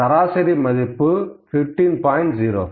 இந்த சராசரியின் மதிப்பு 15